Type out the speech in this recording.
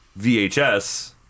vhs